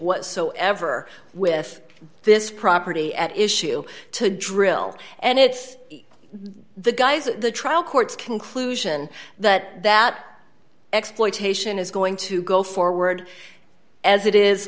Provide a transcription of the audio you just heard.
whatsoever with this property at issue to drill and it's the guys at the trial courts conclusion that that exploitation is going to go forward as it is